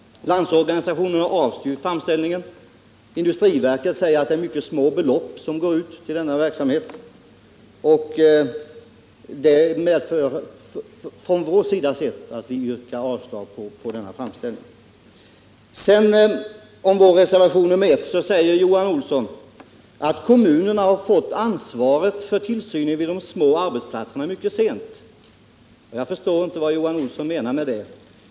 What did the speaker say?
Landsorganisationen har avstyrkt framställningen. Industriverket säger att det är mycket små belopp som utgår till denna verksamhet, och det medför från vår sida sett att vi yrkar avslag på framställningen. Om vår reservation nr 1 säger Johan Olsson att kommunerna har fått ansvaret för tillsynen vid de små arbetsplatserna mycket sent. Jag förstår inte vad Johan Olsson menar med det.